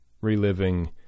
Reliving